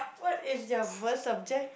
what is your worst subject